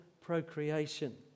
procreation